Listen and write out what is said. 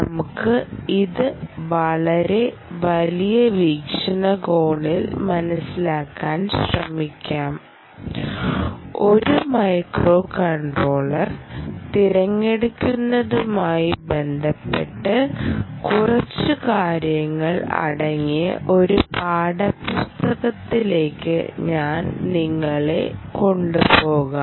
നമുക്ക് ഇത് വളരെ വലിയ വീക്ഷണകോണിൽ മനസ്സിലാക്കാൻ ശ്രമിക്കാം ഒരു മൈക്രോകൺട്രോളർ തിരഞ്ഞെടുക്കുന്നതുമായി ബന്ധപ്പെട്ട് കുറച്ച് കാര്യങ്ങൾ അടങ്ങിയ ഒരു പാഠപുസ്തകത്തിലേക്ക് ഞാൻ നിങ്ങളെ കൊണ്ടുപോകാം